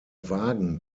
wagen